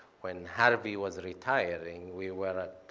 when harvey was retiring, we were at